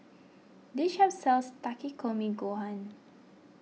this shop sells Takikomi Gohan